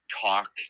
talk